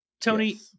Tony